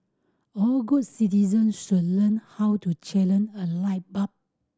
all good citizens should learn how to challenge a light bulb